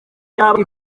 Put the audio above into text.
yaba